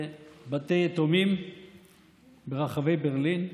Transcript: בבתי יתומים ברחבי ברלין,